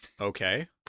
Okay